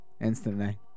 instantly